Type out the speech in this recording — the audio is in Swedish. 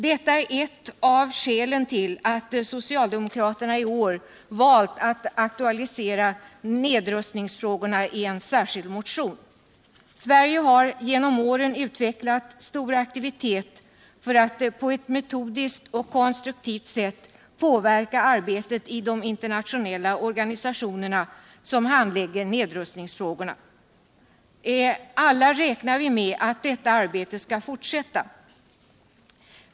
Detta är et av skälen till att socialdemokraterna i år valt att aktualisera nedrustningstfrågorna I en särskild motion. Sverige har genom åren utvecklat stor aktivitet för att på ett metodiskt och konstruktivt sätt påverka arbetet i de internationella organisationer som handlägger nedrustningsfrågorna. Alla räknar vi med att detta arbete skall fortsätta.